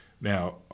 now